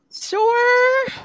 Sure